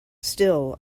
still